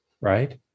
right